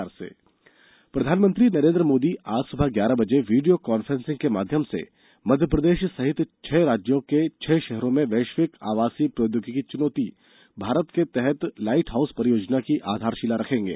प्रधानमंत्री light house प्रधानमंत्री नरेन्द्र मोदी आज सुबह ग्यारह बजे वीडियो कांफ्रेंसिंग के माध्यम से मप्र सहित छह राज्यों के छह शहरों में वैश्विक आवासीय प्रौद्योगिकी चुनौती जीएचटीसी भारत के तहत लाइट हाउस परियोजनाओं की आधारशिला रखेंगे